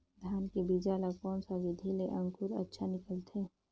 धान के बीजा ला कोन सा विधि ले अंकुर अच्छा निकलथे?